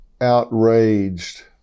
outraged